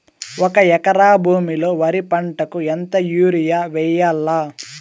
ఒక ఎకరా భూమిలో వరి పంటకు ఎంత యూరియ వేయల్లా?